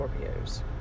Scorpios